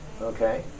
Okay